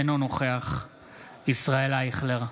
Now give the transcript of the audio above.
אינו נוכח ישראל אייכלר,